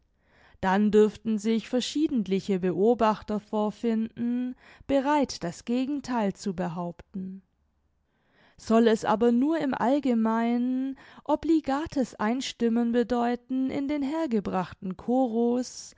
dann dürften sich verschiedentliche beobachter vorfinden bereit das gegentheil zu behaupten soll es aber nur im allgemeinen obligates einstimmen bedeuten in den hergebrachten chorus